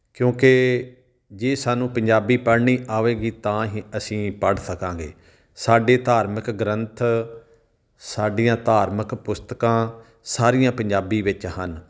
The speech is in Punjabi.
ਕਿਉਂਕਿ ਜੇ ਸਾਨੂੰ ਪੰਜਾਬੀ ਪੜ੍ਹਨੀ ਆਵੇਗੀ ਤਾਂ ਹੀ ਅਸੀਂ ਪੜ੍ਹ ਸਕਾਂਗੇ ਸਾਡੇ ਧਾਰਮਿਕ ਗ੍ਰੰਥ ਸਾਡੀਆਂ ਧਾਰਮਿਕ ਪੁਸਤਕਾਂ ਸਾਰੀਆਂ ਪੰਜਾਬੀ ਵਿੱਚ ਹਨ